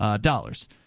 dollars